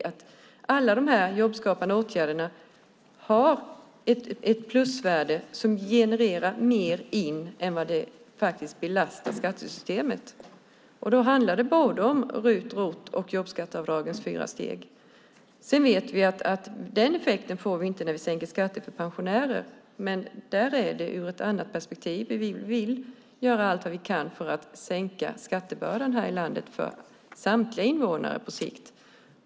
Att alla dessa jobbskapande åtgärder har ett plusvärde som genererar mer in än vad de belastar skattesystemet visar att vi är på rätt väg. Då handlar det om RUT-avdrag, ROT-avdrag och jobbskatteavdragets fyra steg. Sedan vet vi att vi inte får denna effekt när vi sänker skatter för pensionärer. Men där handlar det om ett annat perspektiv. Vi vill göra allt vi kan för att på sikt sänka skattebördan här i landet för samtliga invånare.